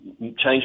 change